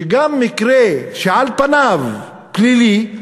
מקרה שעל פניו הוא פלילי,